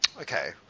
Okay